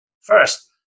first